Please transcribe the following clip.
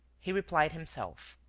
he replied himself